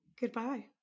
Goodbye